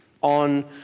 on